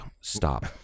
stop